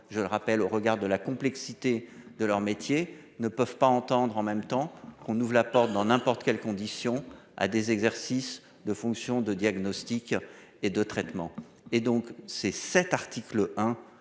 je le rappelle au regard de la complexité de leur métier ne peuvent pas entendre, en même temps qu'on ouvre la porte dans n'importe quelle condition à des exercices de fonction de diagnostic et de traitement et donc c'est cet article